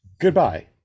goodbye